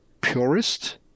purist